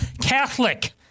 Catholic